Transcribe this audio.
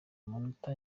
amanota